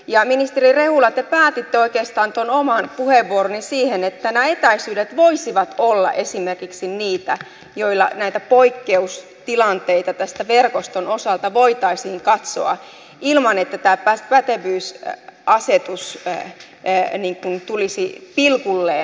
ja ministeri rehula te päätitte oikeastaan tuon oman puheenvuoronne siihen että nämä etäisyydet voisivat olla esimerkiksi niitä joilla näitä poikkeustilanteita tämän verkoston osalta voitaisiin katsoa ilman että tää taas väkevyys ja asetus tämä pätevyysasetus tulisi pilkulleen toteutetuksi